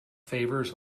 favours